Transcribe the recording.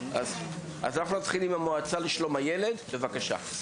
אז אנחנו מתחילים עם המועצה לשלום הילד, בבקשה.